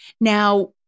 Now